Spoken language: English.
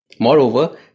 Moreover